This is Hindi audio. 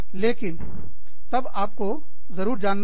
लेकिन तब आपको ज़रूर जानना है